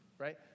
Right